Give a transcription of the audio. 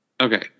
Okay